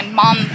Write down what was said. mom